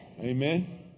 Amen